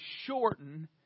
shorten